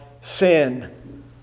sin